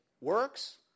Works